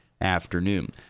afternoon